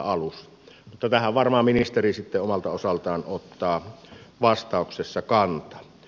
mutta tähän varmaan ministeri sitten omalta osaltaan ottaa vastauksessa kantaa